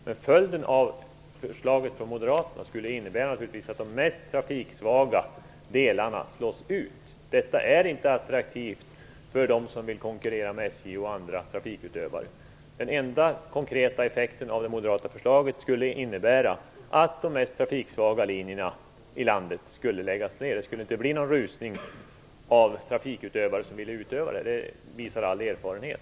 Herr talman! Moderaternas förslag skulle naturligtvis innebära att de mest trafiksvaga delarna slås ut. Detta är inte attraktivt för de som vill konkurrera med SJ och andra trafikutövare. Den enda konkreta effekten av det moderata förslaget skulle vara att de mest trafiksvaga linjerna i landet skulle läggas ner. Det skulle inte bli någon rusning av trafikutövare. Det visar all erfarenhet.